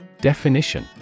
Definition